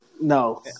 No